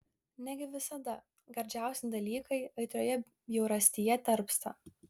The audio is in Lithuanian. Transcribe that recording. negi visada gardžiausi dalykai aitrioje bjaurastyje tarpsta